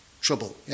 trouble